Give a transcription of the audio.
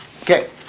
Okay